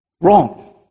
wrong